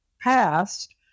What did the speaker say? passed